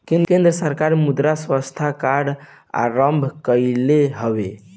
केंद्र सरकार मृदा स्वास्थ्य कार्ड आरंभ कईले हवे